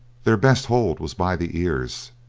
their best hold was by the ears,